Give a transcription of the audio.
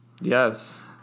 Yes